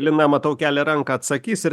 lina matau kelia ranką atsakys ir